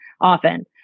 often